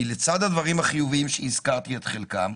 כי לצד הדברים החיוביים שהזכרתי את חלקם,